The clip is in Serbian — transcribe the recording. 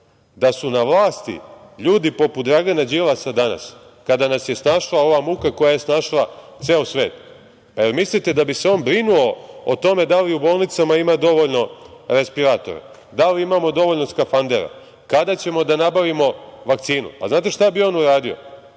da su na vlasti ljudi poput Dragana Đilasa danas, kada nas je snašla ova muka koja je snašla ceo svet, pa da li mislite da bi se on brinuo o tome da li u bolnicama ima dovoljno respiratora, da li imamo dovoljno skafandera, kada ćemo da nabavimo vakcinu? Pa, da li znate šta bi on uradio?